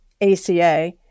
ACA